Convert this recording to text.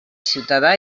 ciutadà